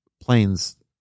planes